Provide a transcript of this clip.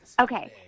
Okay